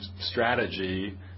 strategy